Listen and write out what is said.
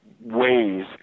ways